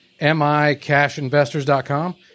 micashinvestors.com